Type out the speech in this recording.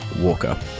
Walker